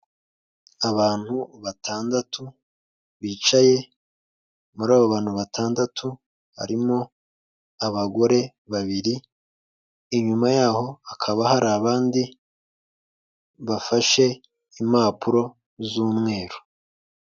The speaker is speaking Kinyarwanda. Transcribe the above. Abantu batandatu bicaye, muri abo bantu batandatu harimo abagore babiri, inyuma yaho hakaba hari abandi bafashe impapuro z'umweru.